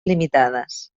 limitades